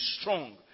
strong